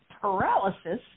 paralysis